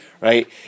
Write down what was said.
right